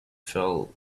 fell